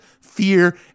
fear